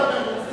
צא לנוח.